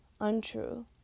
untrue